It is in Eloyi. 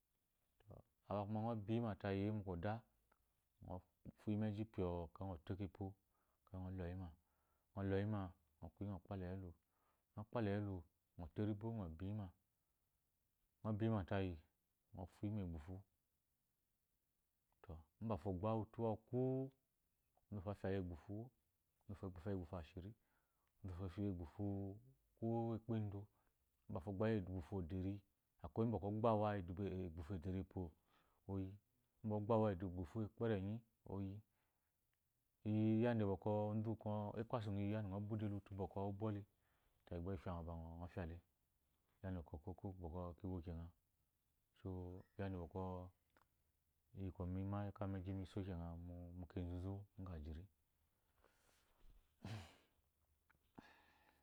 Awu kuma ngɔ biyi ma tayi mu kwɔ da ku fiyi meji pyo ekeyi ngɔ coyi ma ngɔ lcu yi ngɔ kpalayi elu ngɔ kpala yi elu ngɔ to etibo ngɔ biyi ma ngɔ biyi ma tayi ngɔ fuyi mu egbufu to mbafo ogba utu uwu ku-u onzuufu uwo wufo wufo afya yi eghufu uwo wufo egbufu asiri wufo afya egbufu uwekpendo mbafo ogba awa ofya egbufu ederi epo mba ogba egbufu uwekperenyi oyi iyi yadda bwɔkwɔ ekpasu ngɔ iyi ngɔ bude la utu bwɔkwɔ ubohle ngɔ fya ba ngɔ fyale yadda bwɔ kinko-ko bwɔ kiwo kena so yadda bwɔkwɔ iyi kwɔ mi me mi gyi li iso kena mu kenzunzu nga ajiri